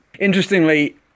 Interestingly